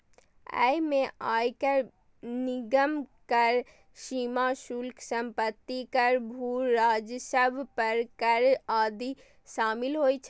अय मे आयकर, निगम कर, सीमा शुल्क, संपत्ति कर, भू राजस्व पर कर आदि शामिल होइ छै